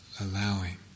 allowing